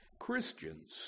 Christians